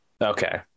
Okay